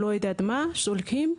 שולחים,